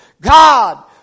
God